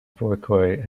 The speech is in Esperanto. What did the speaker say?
verkoj